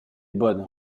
bonnes